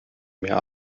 mehr